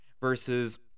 versus